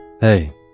Hey